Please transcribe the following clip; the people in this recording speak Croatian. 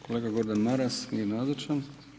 Kolega Gordan Maras, nije nazočan.